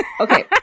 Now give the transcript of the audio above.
Okay